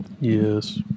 Yes